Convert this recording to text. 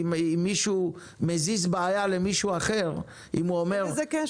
אם מישהו מזיז בעיה למישהו אחר -- אין לזה קשר.